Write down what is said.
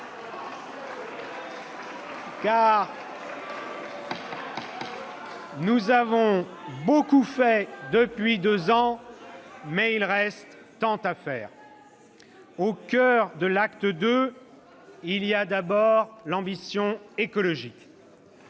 Car nous avons beaucoup fait depuis deux ans, mais il reste tant à faire !« Au coeur de l'acte II, il y a d'abord l'ambition écologique.